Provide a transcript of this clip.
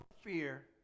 fear